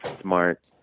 smart